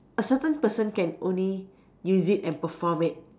a certain person can only use it and perform it